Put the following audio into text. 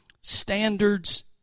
standards